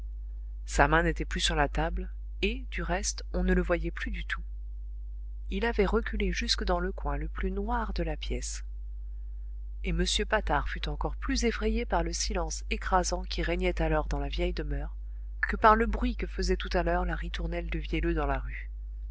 sa main n'était plus sur la table et du reste on ne le voyait plus du tout il avait reculé jusque dans le coin le plus noir de la pièce et m patard fut encore plus effrayé par le silence écrasant qui régnait alors dans la vieille demeure que par le bruit que faisait tout à l'heure la ritournelle du vielleux dans la rue